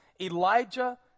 Elijah